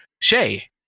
Shay